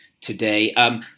today